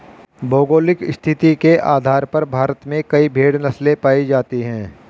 भौगोलिक स्थिति के आधार पर भारत में कई भेड़ नस्लें पाई जाती हैं